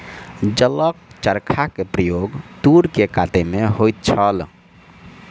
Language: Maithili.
जलक चरखा के प्रयोग तूर के कटै में होइत छल